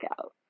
out